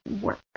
work